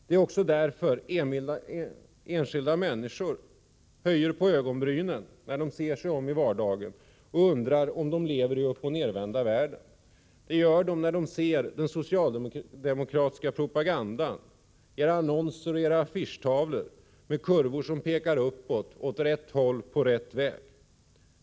Det är också därför som enskilda människor höjer på ögonbrynen när de ser sig om och märker hur vardagen ser ut. De undrar om de lever i uppochnedvända världen. De gör det när de ser den socialdemokratiska propagandan, era annonser och affischer med kurvor som pekar uppåt, åt rätt håll, på rätt väg.